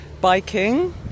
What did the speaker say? biking